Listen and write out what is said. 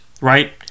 Right